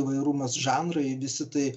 įvairumas žanrai visi tai